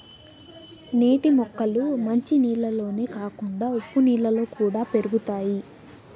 నీటి మొక్కలు మంచి నీళ్ళల్లోనే కాకుండా ఉప్పు నీళ్ళలో కూడా పెరుగుతాయి